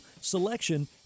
selection